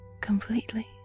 completely